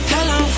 Hello